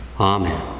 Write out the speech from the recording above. Amen